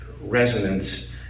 resonance